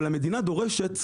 אבל המדינה דורשת,